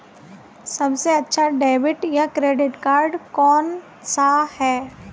सबसे अच्छा डेबिट या क्रेडिट कार्ड कौन सा है?